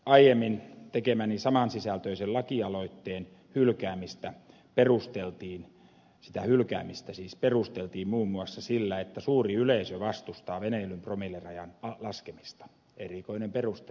aiemmin tekemäni saman sisältöisen lakialoitteen hylkäämistä perusteltiin muun muassa sillä että suuri yleisö vastustaa veneilyn promillerajan laskemista erikoinen peruste sinänsä